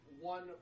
one